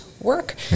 work